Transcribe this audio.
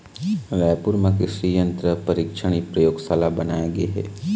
रायपुर म कृसि यंत्र परीक्छन परयोगसाला बनाए गे हे